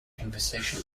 conversation